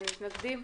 אין מתנגדים.